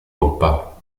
coppa